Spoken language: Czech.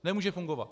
Nemůže fungovat.